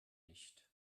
nicht